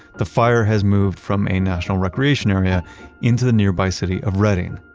the fire has moved from a national recreation area into the nearby city of redding.